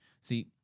See